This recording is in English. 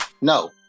no